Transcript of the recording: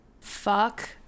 fuck